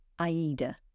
AIDA